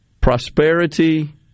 prosperity